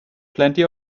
plenty